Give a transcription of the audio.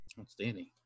Outstanding